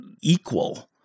equal